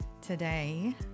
Today